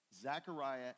Zechariah